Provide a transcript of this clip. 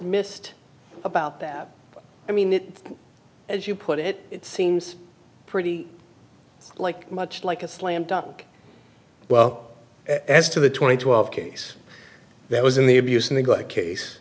missed about that i mean it as you put it it seems pretty like much like a slam dunk well as to the twenty twelve case that was in the abuse neglect case